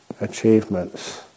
achievements